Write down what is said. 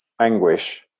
anguish